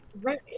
Right